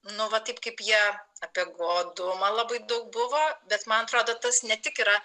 nu va taip kaip jie apie godumą labai daug buvo bet man atrodo tas ne tik yra